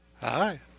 Hi